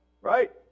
right